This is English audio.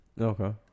Okay